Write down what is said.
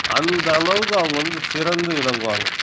அந்தளவுக்கு அவங்க வந்து சிறந்து விளங்குவாங்க